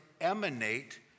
emanate